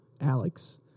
Alex